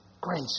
Grace